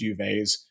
duvets